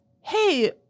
Hey